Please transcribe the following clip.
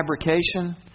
fabrication